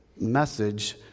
message